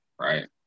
right